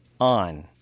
on